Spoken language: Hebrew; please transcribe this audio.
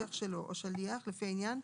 מתמשך שלו או שליח, לפי העניין,